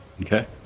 Okay